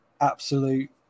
absolute